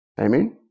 Amen